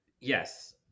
Yes